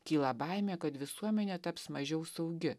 kyla baimė kad visuomenė taps mažiau saugi